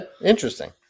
interesting